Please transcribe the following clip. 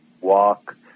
walk